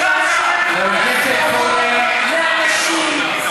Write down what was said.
שיאפשר תנועת סחורות ואנשים,